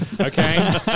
Okay